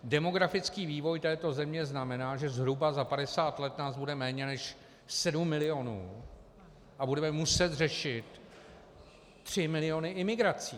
Demografický vývoj této země znamená, že zhruba za 50 let nás bude méně než 7 milionů a budeme muset řešit 3 miliony imigrací.